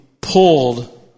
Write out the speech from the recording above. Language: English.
pulled